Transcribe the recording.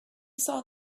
saw